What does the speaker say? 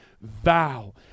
vow